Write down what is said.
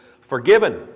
forgiven